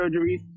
surgeries